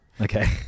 okay